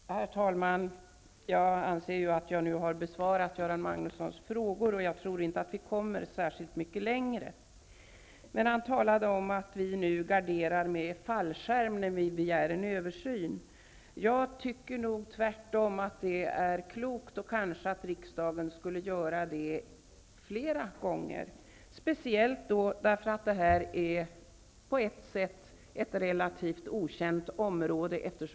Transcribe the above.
Herr talman! Jag anser att jag har besvarat Göran Magnussons frågor. Jag tror inte att vi kommer särskilt mycket längre i den här debatten. Göran Magnusson säger att vi garderar oss med fallskärmar när vi begär en översyn. Jag tycker nog att det tvärtom är klokt att göra det -- och kanske vore det klokt av riksdagen att göra det fler gånger -- speciellt som det här är ett relativt okänt område.